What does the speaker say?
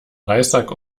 reissack